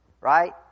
right